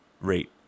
rate